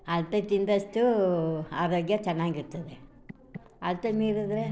ಅಳತೆ ತಿಂದಷ್ಟು ಆರೋಗ್ಯ ಚೆನ್ನಾಗಿರ್ತದೆ ಅಳತೆ ಮೀರಿದರೆ